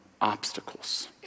obstacles